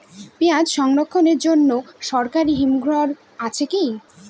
পিয়াজ সংরক্ষণের জন্য সরকারি হিমঘর আছে কি?